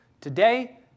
Today